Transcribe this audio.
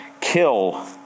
kill